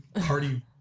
party